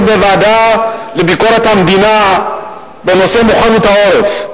בוועדה לביקורת המדינה בנושא מוכנות העורף.